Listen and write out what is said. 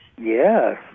Yes